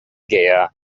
gear